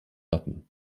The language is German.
wappen